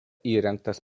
įrengtas